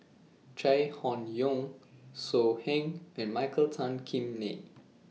Chai Hon Yoong So Heng and Michael Tan Kim Nei